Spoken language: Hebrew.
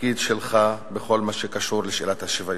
התפקיד שלך בכל מה שקשור בשאלת השוויון.